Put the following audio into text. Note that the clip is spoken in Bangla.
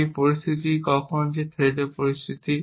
এই পরিস্থিতি কখন একটি থ্রেডর পরিস্থিতি